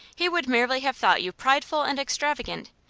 he would merely have thought you prideful and extravagant.